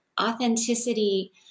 authenticity